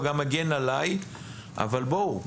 זה גם מגן עליי אבל בואו,